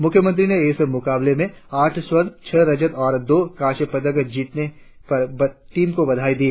मुख्यमंत्री ने इस मुकाबले में आठ स्वर्ण छह रजत और दो कास्य पदक जीतने पर टीम को बधाई दी